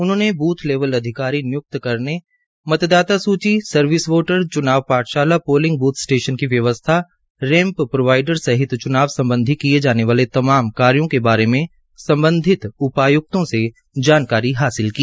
उन्होने ब्रथ लैबल अधिकारी नियुक्त करने मतदाता सूची सर्विस वोटर च्नाव पाठशाला पोलिंग ब्थ स्टेशन की व्यवस्था रैम्प प्रोवाईड सहित चुनाव संबधी किये जाने वाले तमाम कार्यों के बारे सम्बन्धित उपायुक्तों से जानकारी हासिल की